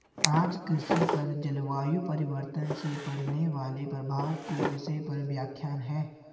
आज कृषि पर जलवायु परिवर्तन से पड़ने वाले प्रभाव के विषय पर व्याख्यान है